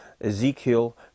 Ezekiel